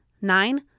Nine